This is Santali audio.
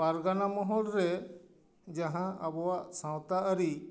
ᱯᱟᱨᱜᱟᱱᱟ ᱢᱚᱦᱚᱞ ᱨᱮ ᱡᱟᱦᱟᱸ ᱟᱵᱚᱣᱟᱜ ᱥᱟᱶᱛᱟ ᱟᱹᱨᱤ